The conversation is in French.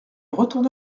retourna